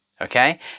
okay